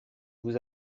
vous